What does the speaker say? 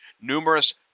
Numerous